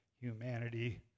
humanity